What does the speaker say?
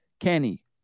Kenny